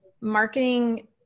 marketing